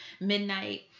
midnight